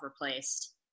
replaced